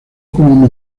como